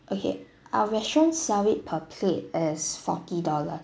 okay our restaurants sell it per plate as forty dollars